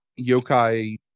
yokai